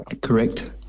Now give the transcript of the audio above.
Correct